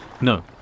No